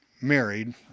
married